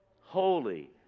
holy